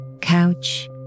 couch